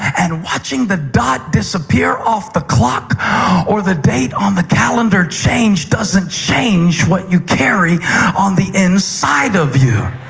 and watching the dot disappear off the clock or the date on the calendar change doesn't change what you carry on the inside of you.